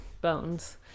bones